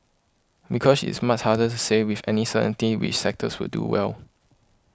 because it is much harder to say with any certainty which sectors will do well